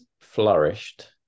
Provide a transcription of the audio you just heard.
flourished